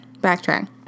backtrack